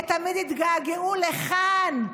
הם תמיד התגעגעו לכאן,